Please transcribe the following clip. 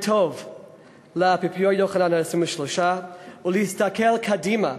טובה לאפיפיור יוחנן ה-23 ולהסתכל קדימה